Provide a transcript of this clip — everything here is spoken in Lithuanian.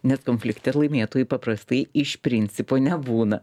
net konflikte laimėtojų paprastai iš principo nebūna